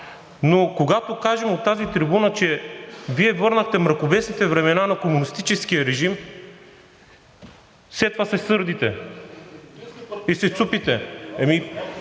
Когато кажем от тази трибуна, че Вие върнахте мракобесните времена на комунистическия режим, след това се сърдите и се цупите.